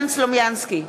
סלומינסקי,